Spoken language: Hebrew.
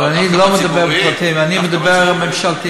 אבל אני לא מדבר על פרטיים, אני מדבר על ממשלתיים.